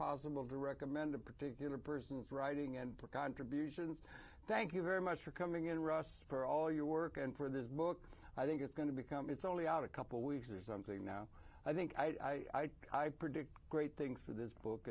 possible to recommend a particular person's writing and contributions thank you very much for coming in ross perot all your work and for this book i think it's going to become it's only out a couple weeks or something now i think i i predict great things for this book